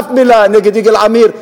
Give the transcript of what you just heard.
אף מלה נגד יגאל עמיר.